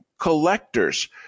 collectors